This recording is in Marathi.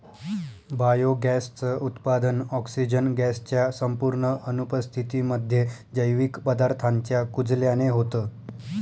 बायोगॅस च उत्पादन, ऑक्सिजन गॅस च्या संपूर्ण अनुपस्थितीमध्ये, जैविक पदार्थांच्या कुजल्याने होतं